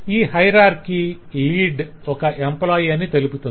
ఈ hierarchy lead ఒక employee అని తెలుపుతుంది